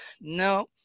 no